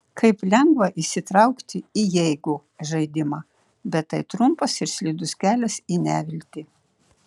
kaip lengva įsitraukti į jeigu žaidimą bet tai trumpas ir slidus kelias į neviltį